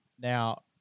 Now